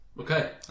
Okay